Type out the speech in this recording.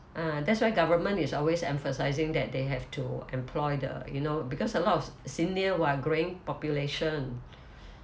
ah that's why government is always emphasising that they have to employ the you know because a lot of senior we are growing population